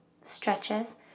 stretches